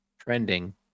trending